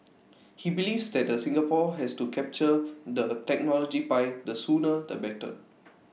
he believes that the Singapore has to capture the technology pie the sooner the better